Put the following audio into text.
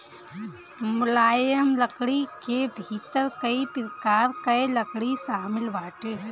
मुलायम लकड़ी के भीतर कई प्रकार कअ लकड़ी शामिल बाटे